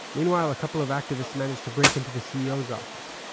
um meanwhile, a couple of activists manage to break into the ceo's office.